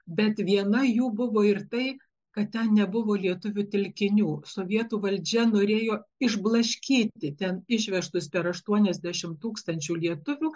bet viena jų buvo ir tai kad ten nebuvo lietuvių telkinių sovietų valdžia norėjo išblaškyti ten išvežtus per aštuoniasdešimt tūkstančių lietuvių